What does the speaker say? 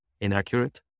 inaccurate